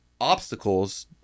obstacles